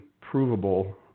provable